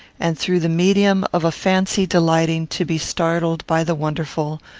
and through the medium of a fancy delighting to be startled by the wonderful,